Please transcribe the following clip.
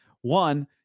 One